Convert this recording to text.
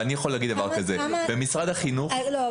אבל אני יכול להגיד שבמשרד החינוך --- כמה